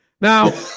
Now